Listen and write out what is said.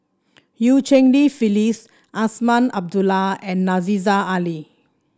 Eu Cheng Li Phyllis Azman Abdullah and Aziza Ali